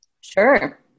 Sure